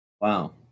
wow